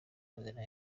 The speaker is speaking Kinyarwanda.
amazina